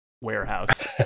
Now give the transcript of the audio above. warehouse